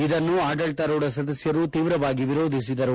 ಇದನ್ನು ಆಡಳಿತಾರೂಢ ಸದಸ್ಯರು ತೀವ್ರವಾಗಿ ವಿರೋಧಿಸಿದರು